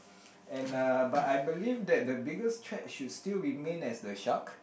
and uh but I believe that the biggest catch should still remain as the shark